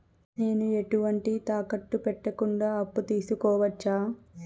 నేను ఎటువంటి తాకట్టు పెట్టకుండా అప్పు తీసుకోవచ్చా?